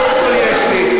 קודם כול, יש לי.